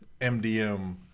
MDM